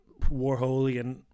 warholian